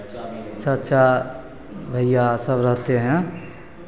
चाचा भैया सभ रहते हैं